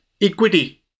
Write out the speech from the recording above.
Equity